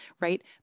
right